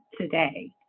today